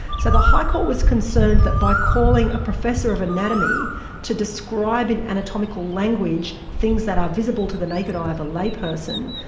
so the high court was concerned that by calling a professor of anatomy to described in anatomical language things that are visible to the naked eye of a layperson,